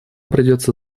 придется